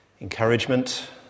encouragement